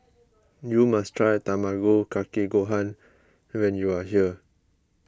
you must try Tamago Kake Gohan when you are here